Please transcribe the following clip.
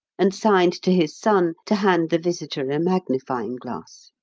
and signed to his son to hand the visitor a magnifying glass.